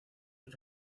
del